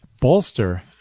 bolster